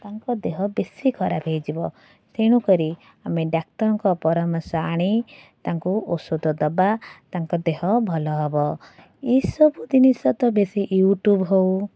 ତାଙ୍କ ଦେହ ବେଶୀ ଖରାପ ହେଇଯିବ ତେଣୁକରି ଆମେ ଡାକ୍ତରଙ୍କ ପରାମର୍ଶ ଆଣି ତାଙ୍କୁ ଔଷଧ ଦେବା ତାଙ୍କ ଦେହ ଭଲ ହବ ଏସବୁ ଜିନିଷ ତ ବେଶୀ ୟୁଟ୍ୟୁବ ହଉ